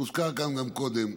והוזכר כאן גם קודם: